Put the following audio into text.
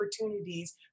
opportunities